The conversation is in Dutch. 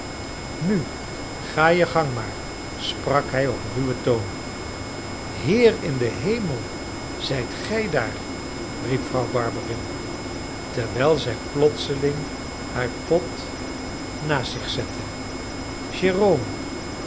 nu ga je gang maar sprak hij op ruwen toon heer in den hemel zijt gij daar riep vrouw barberin terwijl zij plotseling haar pot naast zich zette